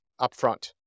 upfront